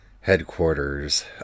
headquarters